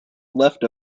left